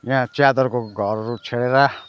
यहाँ च्यादरको घरहरू छेडे्र